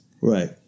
right